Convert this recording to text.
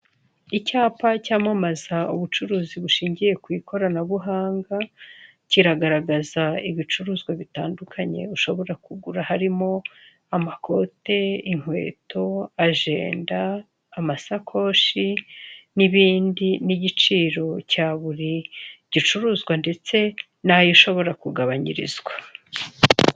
Icyapa cyamamaza ubucuruzi bushingiye kw'ikoranabuhanga. Kiragaragaza ibicuruzwa bitandukanye ushobora kugura harimo; amakote, inkweto, agenda, amasakoshi n'bindi; n'ihiciro cya buri gicuruzwa, ndetse n'ayo ushobora kugabanyirizwa.